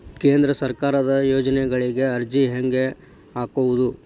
ಕೇಂದ್ರ ಸರ್ಕಾರದ ಯೋಜನೆಗಳಿಗೆ ಅರ್ಜಿ ಹೆಂಗೆ ಹಾಕೋದು?